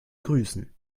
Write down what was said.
grüßen